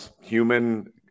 human